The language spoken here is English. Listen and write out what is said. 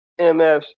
MFs